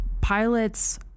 pilots